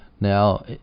Now